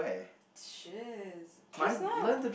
shiz just now